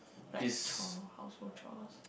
like chore household chores